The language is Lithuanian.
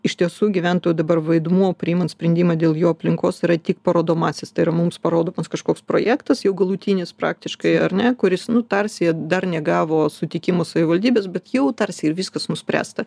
iš tiesų gyventojų dabar vaidmuo priimant sprendimą dėl jų aplinkos yra tik parodomasis tai yra mums parodomas kažkoks projektas jau galutinis praktiškai ar ne kuris nu tarsi dar negavo sutikimų savivaldybės bet jau tarsi ir viskas nuspręsta